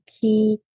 key